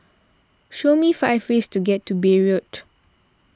show me five ways to get to Beirut